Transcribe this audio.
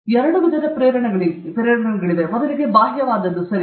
ಎರಡು ವಿಧದ ಪ್ರೇರಣೆಗಳಿವೆ ಮೊದಲಿಗೆ ಬಾಹ್ಯವಾದದ್ದು ಸರಿ